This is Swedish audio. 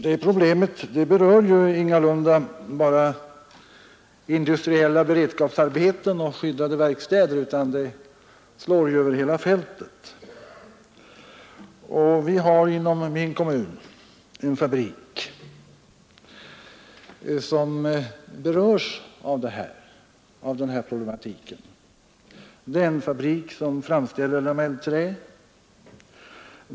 Det problemet berör ingalunda endast industriella beredskapsarbeten och skyddade verkstäder, utan det slår över hela fältet. Vi har inom min kommun en fabrik som berörs av den här problematiken. Det är en fabrik som framställer lamellträ.